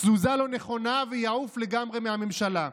תזוזה לא נכונה, ויעוף לגמרי מהממשלה.